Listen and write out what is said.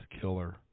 killer